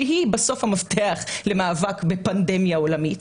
שהיא בסוף המפתח למאבק במגיף עולמי.